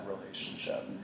relationship